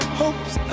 hopes